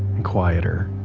and quieter,